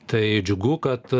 tai džiugu kad